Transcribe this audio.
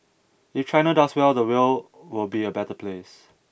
if China does well the world will be a better place